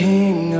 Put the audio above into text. King